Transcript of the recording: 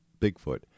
Bigfoot